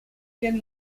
ten